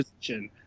position